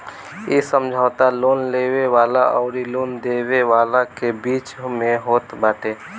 इ समझौता लोन लेवे वाला अउरी लोन देवे वाला के बीच में होत बाटे